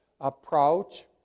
approach